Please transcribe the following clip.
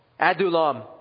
Adulam